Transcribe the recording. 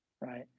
Right